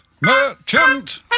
Merchant